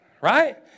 right